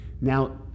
Now